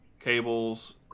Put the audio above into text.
cables